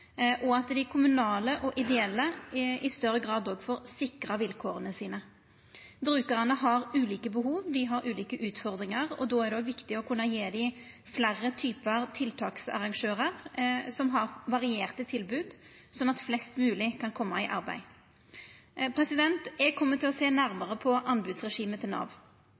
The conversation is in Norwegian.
og at dei kommunale og ideelle i større grad får sikra vilkåra sine. Brukarane har ulike behov, dei har ulike utfordringar. Då er det òg viktig å kunna gje dei fleire typar tiltaksarrangørar som har varierte tilbod, slik at flest mogleg kan koma i arbeid. Eg kjem til å sjå nærmare på anbodsregimet til Nav.